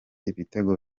ibitego